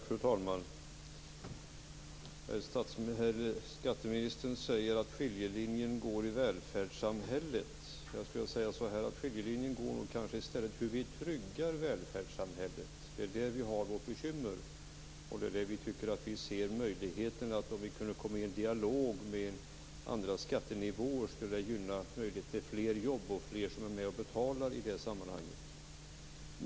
Fru talman! Skatteministern säger att skiljelinjen går i välfärdssamhället. Jag skulle vilja säga att skiljelinjen i stället går i hur vi tryggar välfärdssamhället. Det är där vi har vårt bekymmer. Det är där vi ser möjligheten att föra en dialog om hur andra skattenivåer skulle gynna arbetet för fler jobb. Fler är ju med och betalar i det sammanhanget.